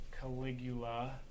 Caligula